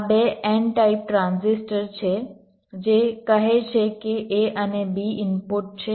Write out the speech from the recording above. આ બે n type transistor છે જે કહે છે કે a અને b ઇનપુટ છે